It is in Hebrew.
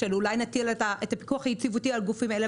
שאולי נטיל את הפיקוח על הגופים האלה,